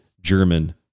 German